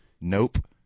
Nope